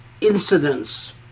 incidents